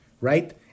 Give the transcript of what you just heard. right